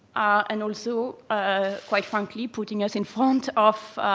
and also, ah quite frankly, putting us in front of